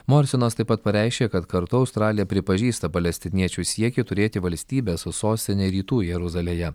morisonas taip pat pareiškė kad kartu australija pripažįsta palestiniečių siekį turėti valstybę su sostine rytų jeruzalėje